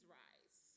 rise